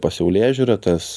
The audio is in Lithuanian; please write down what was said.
pasaulėžiūrą tas